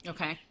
Okay